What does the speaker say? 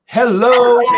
Hello